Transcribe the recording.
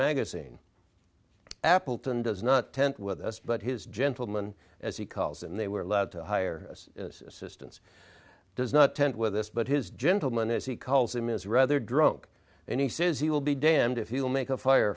magazine appleton does not tent with us but his gentleman as he calls and they were allowed to hire us assistance does not tent with us but his gentleman as he calls him is rather drunk and he says he will be damned if he will make a fire